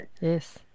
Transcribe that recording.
yes